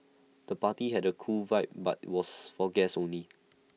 the party had A cool vibe but was for guests only